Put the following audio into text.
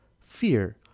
fear